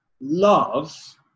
love